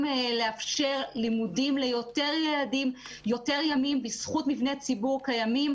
לאפשר לימודים ליותר ילדים ביותר ימים בזכות מבני ציבור קיימים